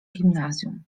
gimnazjum